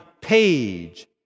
page